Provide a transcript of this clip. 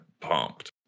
pumped